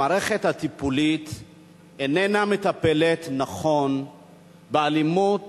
המערכת הטיפולית איננה מטפלת נכון באלימות